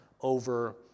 over